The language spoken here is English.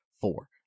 four